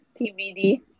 TBD